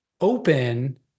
open –